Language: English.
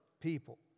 people